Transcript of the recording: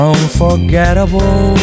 Unforgettable